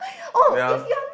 ya